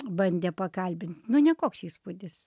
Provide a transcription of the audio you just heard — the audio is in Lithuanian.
bandė pakalbint nekoks įspūdis